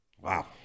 Wow